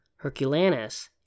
Herculanus